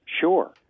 Sure